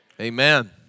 Amen